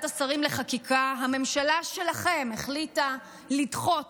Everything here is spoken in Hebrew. השרים לחקיקה הממשלה שלכם החליטה לדחות